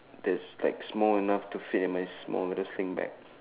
that's like small enough to fit in my small little sling bag